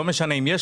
לא משנה אם יש